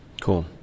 cool